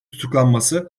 tutuklanması